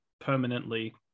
permanently